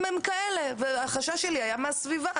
והחשש שלי היה מהסביבה,